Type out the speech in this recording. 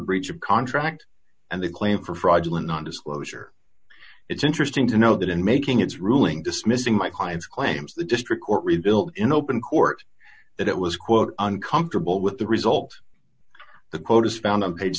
breach of contract and the claim for fraudulent non disclosure it's interesting to know that in making its ruling dismissing my client's claims the district court rebuilt in open court that it was quote uncomfortable with the result the quote is found on page